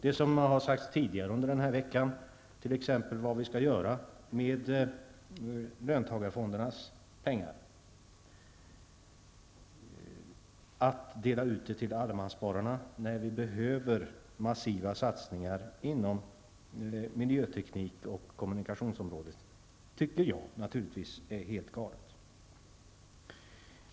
Det har sagts tidigare den här veckan, när man talar om vad man skall göra med löntagarfondernas pengar, att det skulle delas ut till allemansspararna. Men varför det, när vi behöver massiva satsningar inom miljöteknik och kommunikationsområdet. Jag tycker naturligtvis att det är helt galet.